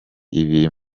ibiri